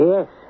Yes